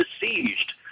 besieged